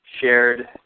shared